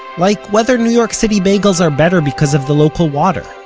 like whether new york city bagels are better because of the local water,